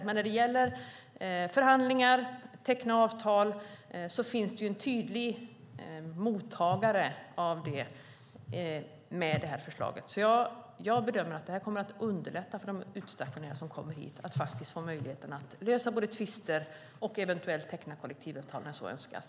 Men när det gäller förhandlingar och att teckna avtal finns det en tydlig mottagare med det här förslaget, så jag bedömer att det kommer att underlätta för de utstationerade som kommer hit att få möjligheten att både lösa tvister och eventuellt teckna kollektivavtal när så önskas.